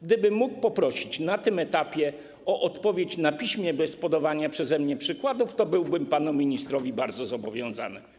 Gdybym mógł poprosić na tym etapie o odpowiedź na piśmie, bez podawania przeze mnie przykładów, to byłbym panu ministrowi bardzo zobowiązany.